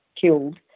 killed